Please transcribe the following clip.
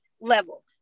level